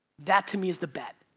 that to me is the bet,